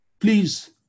Please